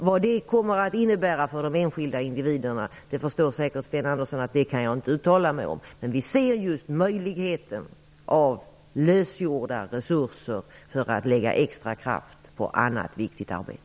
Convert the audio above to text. Vad det kommer att innebära för de enskilda individerna förstår säkert Sten Andersson i Malmö att jag inte kan uttala mig om. Men vi ser möjligheten att använda lösgjorda resurser för att lägga extra kraft på annat viktigt arbete.